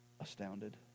astounded